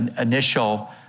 initial